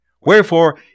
Wherefore